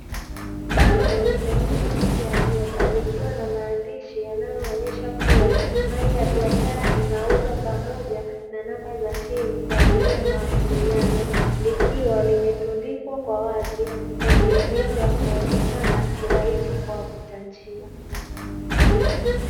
Bango limewekwa nche ya nyumba likiwa linaonyesha mali ya biashara likiwa limendukiwa kwa wazi kwenye eneo la kuonekana kwa wapita njia